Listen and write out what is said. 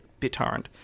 BitTorrent